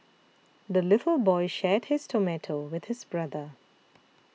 the little boy shared his tomato with his brother